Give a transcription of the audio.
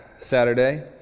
Saturday